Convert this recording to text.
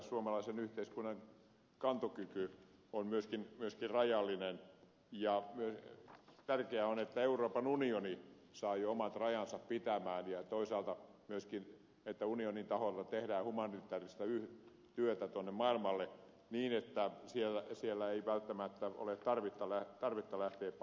suomalaisen yhteiskunnan kantokyky on myöskin rajallinen ja tärkeää on että euroopan unioni saa jo omat rajansa pitämään ja toisaalta myöskin että unionin taholta tehdään humanitääristä työtä tuonne maailmalle niin että sieltä ei välttämättä ole tarvetta lähteä pakosalle